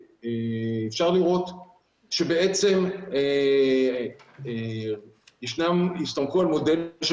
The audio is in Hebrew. ואפשר לראות שבעצם הסתמכו על מודל של